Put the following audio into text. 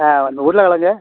ஆ இந்த உருளக்கெழங்கு